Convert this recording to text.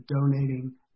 donating